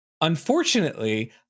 unfortunately